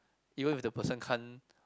even if the person can't